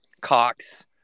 Cox